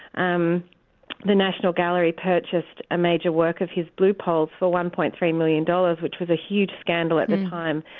um the national gallery purchased a major work of his, blue poles, for one point three million dollars, which was a huge scandal at the time.